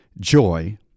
joy